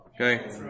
Okay